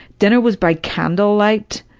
dinner was by candlelight.